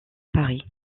paris